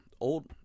old